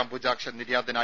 അംബുജാക്ഷൻ നിര്യാതനായി